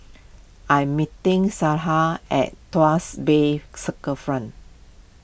I am meeting at Tuas Bay Circle